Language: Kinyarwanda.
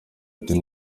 ati